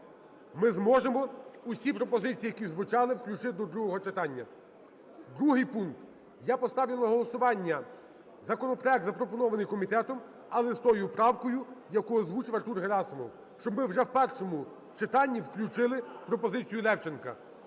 ми зможемо всі пропозиції, які звучали, включити до другого читання. Другий пункт: я поставлю на голосування законопроект, запропонований комітетом, але з тією правкою, яку озвучив Артур Герасимов, щоб ми вже в першому читанні включили пропозицію Левченка.